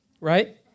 right